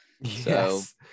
Yes